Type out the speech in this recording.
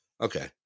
Okay